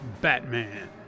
Batman